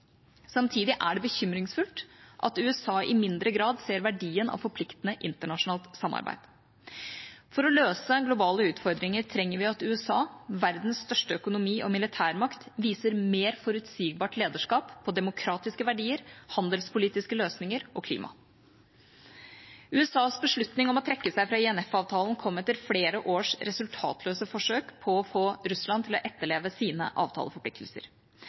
Samtidig er det bekymringsfullt at USA i mindre grad ser verdien av forpliktende internasjonalt samarbeid. For å løse globale utfordringer trenger vi at USA – verdens største økonomi og militærmakt – viser mer forutsigbart lederskap på demokratiske verdier, handelspolitiske løsninger og klima. USAs beslutning om å trekke seg fra INF-avtalen kom etter flere års resultatløse forsøk på å få Russland til å etterleve sine avtaleforpliktelser.